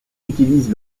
utilise